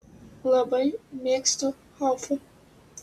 labai mėgstu haufą